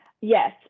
Yes